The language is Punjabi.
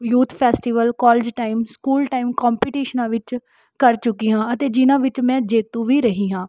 youth festival college time school time ਕੌਂਪੀਟਿਸ਼ਨਾਂ ਵਿੱਚ ਕਰ ਚੁੱਕੀ ਹਾਂ ਅਤੇ ਜਿਨ੍ਹਾਂ ਵਿੱਚ ਮੈਂ ਜੇਤੂ ਵੀ ਰਹੀ ਹਾਂ